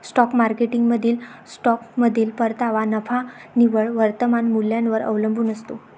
stock मार्केटमधील स्टॉकमधील परतावा नफा निव्वळ वर्तमान मूल्यावर अवलंबून असतो